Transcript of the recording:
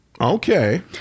Okay